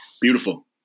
Beautiful